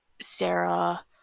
Sarah